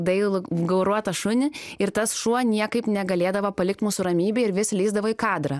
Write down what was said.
dailų gauruotą šunį ir tas šuo niekaip negalėdavo palikt mūsų ramybėj ir vis lįsdavo į kadrą